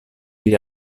gli